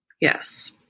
Yes